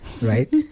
right